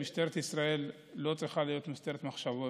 אני חושב שמשטרת ישראל לא צריכה להיות משטרת מחשבות,